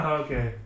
okay